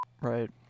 right